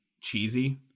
cheesy